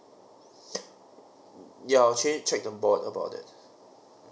yeah actually checked the board about that